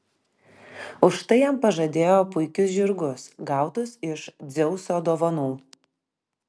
už tai jam pažadėjo puikius žirgus gautus iš dzeuso dovanų